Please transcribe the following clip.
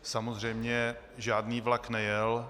Samozřejmě žádný vlak nejel.